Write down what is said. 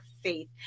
faith